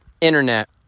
internet